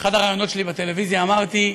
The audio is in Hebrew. באחד הראיונות שלי בטלוויזיה, אמרתי: